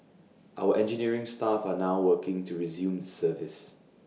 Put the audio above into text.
our engineering staff are now working to resume the service